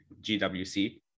GWC